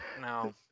No